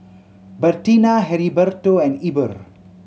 Bertina Heriberto and Eber